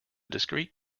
discrete